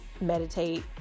meditate